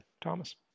Thomas